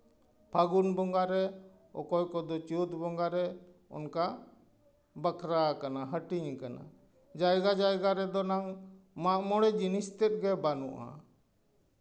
ᱯᱷᱟᱹᱜᱩᱱ ᱵᱚᱸᱜᱟᱨᱮ ᱚᱠᱚᱭ ᱠᱚᱫᱚ ᱪᱟᱹᱛ ᱵᱚᱸᱜᱟᱨᱮ ᱚᱱᱠᱟ ᱵᱟᱠᱷᱨᱟ ᱟᱠᱟᱱᱟ ᱦᱟᱹᱴᱤᱧ ᱠᱟᱱᱟ ᱡᱟᱭᱜᱟ ᱡᱟᱭᱜᱟ ᱨᱮᱫᱚ ᱱᱟᱝ ᱢᱟᱜᱼᱢᱚᱬᱮ ᱡᱤᱱᱤᱥ ᱛᱮᱫ ᱜᱮ ᱵᱟᱹᱱᱩᱜᱼᱟ